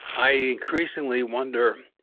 i increasingly wonder,